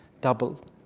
double